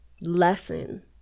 lesson